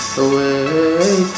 away